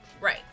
Right